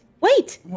Wait